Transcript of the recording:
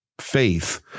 faith